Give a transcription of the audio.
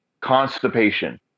constipation